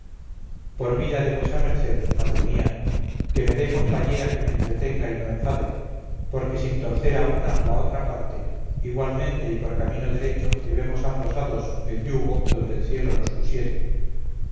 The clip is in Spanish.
por vida de vuesa merced madre mía que me dé compañera que me entretenga y no enfade porque sin torcer a una o a otra parte igualmente y por camino derecho llevemos ambos a dos el yugo donde el cielo nos pusiere